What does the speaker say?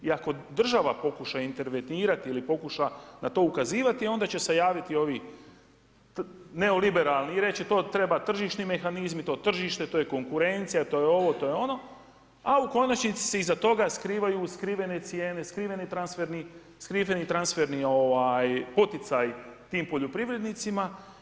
I ako država pokuša intervenirati ili pokuša na to ukazivati, onda će se javiti ovu neoliberalni i reći, to treba tržišni mehanizmi, to tržište, to je konkurencija, to je ovo to je ono, a u konačnici se iza toga skrivaju skrivene cijene skriveni transferni poticaji tim poljoprivrednicima.